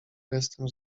gestem